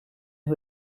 who